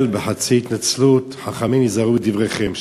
התנצל בחצי התנצלות, חכמים, היזהרו בדבריכם.